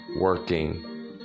working